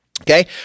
okay